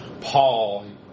Paul